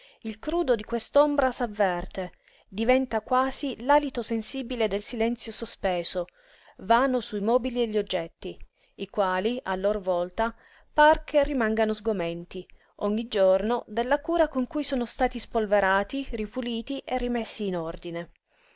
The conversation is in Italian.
il crudo di quest'ombra s'avverte diventa quasi l'alito sensibile del silenzio sospeso vano sui mobili e gli oggetti i quali a lor volta par che rimangano sgomenti ogni giorno della cura con cui sono stati spolverati ripuliti e rimessi in ordine